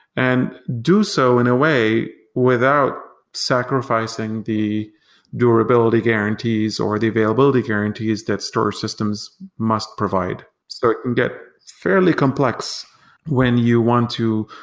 and do so in a way without sacrificing the durability guarantees or the availability guarantees that storage systems must provide. so it can get fairly complex when you want to,